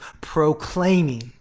proclaiming